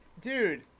Dude